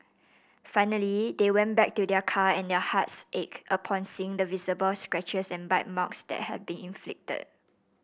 finally they went back to their car and their hearts ached upon seeing the visible scratches and bite marks that had been inflicted